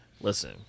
Listen